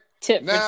Tip